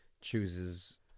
Chooses